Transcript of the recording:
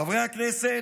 חברי הכנסת,